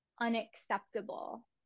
unacceptable